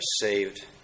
saved